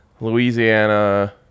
Louisiana